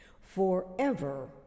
forever